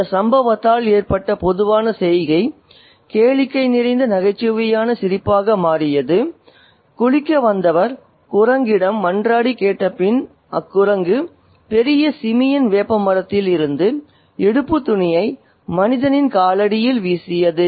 இந்த சம்பவத்தால் ஏற்பட்ட பொதுவான செய்கை கேளிக்கை நிறைந்த நகைச்சுவையான சிரிப்பாக மாறியது குளிக்க வந்தவர் குரங்கிடம் மன்றாடி கேட்ட பின் அக்குரங்கு பெரிய சிமியன் வேப்பமரத்திலிருந்து இடுப்பு துணியை மனிதனின் காலடியில் வீசியது